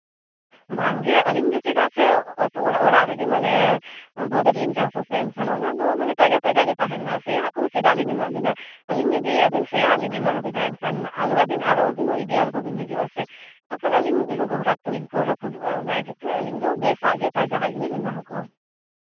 ᱵᱟᱝᱜᱮ ᱟᱹᱞᱤᱧ ᱫᱚ ᱪᱮᱫᱟᱜ ᱥᱮ ᱟᱛᱳ ᱚᱲᱟᱜ ᱨᱮᱜᱮ ᱢᱟᱱᱮ ᱵᱟᱹᱫᱽ ᱨᱮᱞᱤᱧ ᱪᱟᱥ ᱟᱥᱮ ᱮᱱᱠᱷᱟᱱ ᱚᱱᱟ ᱫᱚ ᱢᱟᱱᱮ ᱛᱟᱡᱟ ᱛᱟᱡᱟ ᱜᱮ ᱛᱟᱦᱮᱱᱟ ᱥᱮᱭᱟᱣᱟᱜ ᱠᱚᱫᱚ ᱪᱮᱫᱟᱜ ᱞᱤᱧ ᱮᱢᱟ ᱵᱮᱱᱟ ᱟᱹᱞᱤᱧ ᱡᱩᱫᱤ ᱟᱹᱵᱤᱱ ᱥᱮᱭᱟ ᱟᱜ ᱞᱤᱧ ᱮᱢᱟ ᱵᱤᱱᱟ ᱮᱱᱠᱷᱟᱱ ᱟᱜᱽᱞᱟ ᱫᱤᱱ ᱟᱨᱦᱚᱸ ᱟᱹᱵᱤᱱ ᱤᱫᱤ ᱟᱨ ᱵᱟᱵᱮᱱ ᱦᱤᱡᱩᱜᱼᱟ ᱥᱮ ᱵᱟᱠᱷᱟᱱ ᱟᱹᱞᱤᱧ ᱨᱟᱹᱯᱩᱫᱚᱜᱼᱟ ᱚᱱᱟ ᱤᱫᱤ ᱛᱮ ᱟᱹᱞᱤᱧ ᱫᱚ ᱵᱮᱥ ᱟᱜ ᱜᱮ ᱛᱟᱡᱟ ᱟᱜ ᱜᱮᱞᱤᱧ ᱮᱢᱟ ᱟᱠᱚᱣᱟ